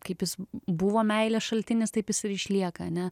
kaip jis buvo meilės šaltinis taip jis ir išlieka ane